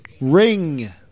Ring